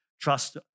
trust